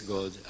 God